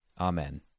Amen